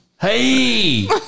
Hey